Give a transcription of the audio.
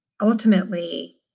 ultimately